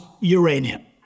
uranium